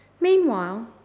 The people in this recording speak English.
Meanwhile